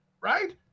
right